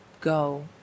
go